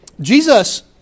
Jesus